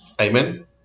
Amen